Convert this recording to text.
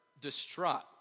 distraught